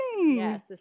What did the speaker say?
yes